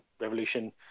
Revolution